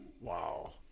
Wow